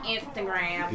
Instagram